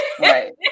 Right